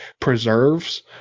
preserves